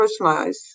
personalize